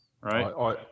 Right